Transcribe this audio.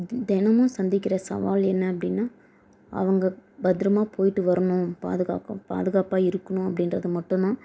தினமும் சந்திக்கிற சவால் என்ன அப்படின்னா அவங்க பத்திரமா போய்ட்டு வரணும் பாதுகாப்பாக பாதுகாப்பாக இருக்கணும் அப்படின்றது மட்டுந்தான்